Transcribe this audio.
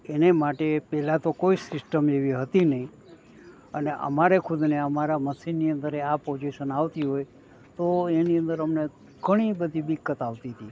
એને માટે પહેલાં તો કોઈ સિસ્ટમ એવી હતી નહીં અને અમારે ખુદને અમારા મશીનની અંદરે આ પોઝીશન આવતી હોય તો એની અંદર અમને ઘણી બધી દિક્કત આવતી હતી